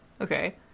Okay